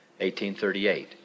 1838